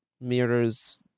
mirrors